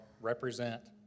represent